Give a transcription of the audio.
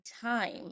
time